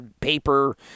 paper